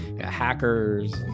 hackers